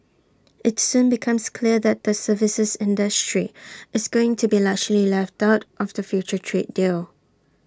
IT soon becomes clear that the services industry is going to be largely left out of the future trade deal